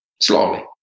slowly